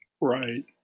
Right